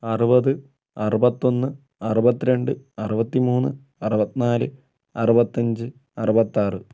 അറുപത് അറുപത്തൊന്ന് അറുപത് രണ്ട് അറുപത്തി മൂന്ന് അറുപത്തി നാല് അറുപത്തഞ്ച് അറുപത്താറ്